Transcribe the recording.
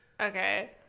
Okay